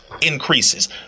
increases